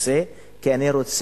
אני אמרתי לך,